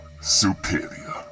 Superior